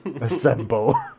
Assemble